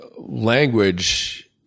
language